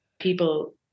people